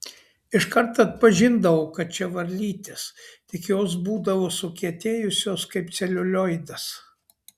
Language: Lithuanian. iškart atpažindavau kad čia varlytės tik jos būdavo sukietėjusios kaip celiulioidas